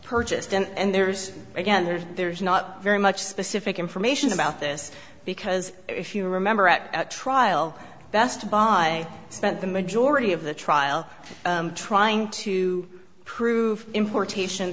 purchased and there's again there's not very much specific information about this because if you remember at trial best buy spent the majority of the trial trying to prove importation